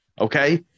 Okay